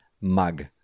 mug